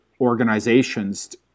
organizations